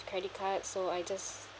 credit card so I just